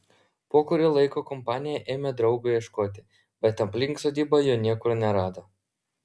po kurio laiko kompanija ėmė draugo ieškoti bet aplink sodybą jo niekur nerado